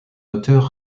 auteur